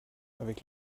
avec